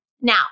Now